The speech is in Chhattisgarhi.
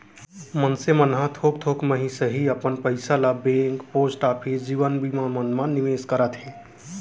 मनसे मन ह थोक थोक ही सही अपन पइसा ल बेंक, पोस्ट ऑफिस, जीवन बीमा मन म निवेस करत हे